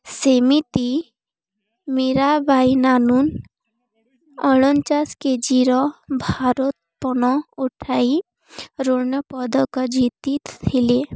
ସେମିତି ମିରାବାଇ ନାନୁନ୍ ଅଣଚାଶ କେଜିର ଭାରତ୍ତୋଳନ ଉଠାଇ ଋଣପଦକ ଜିତି ଥିଲେ